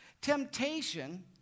Temptation